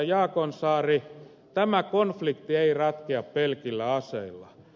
jaakonsaari tämä konflikti ei ratkea pelkillä aseilla